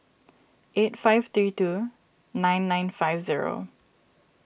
eight five three two nine nine five zero